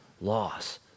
Loss